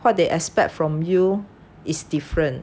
what they expect from you is different